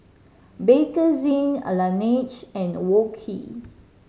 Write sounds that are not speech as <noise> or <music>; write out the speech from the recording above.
Bakerzin <unintelligible> Laneige and Wok Hey